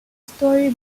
story